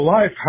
Life